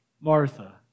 Martha